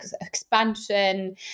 expansion